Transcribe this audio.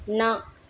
ਨਾ